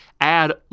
add